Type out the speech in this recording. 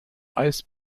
eis